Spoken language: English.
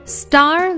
star